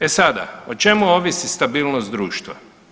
E sada o čemu ovisi stabilnost društva?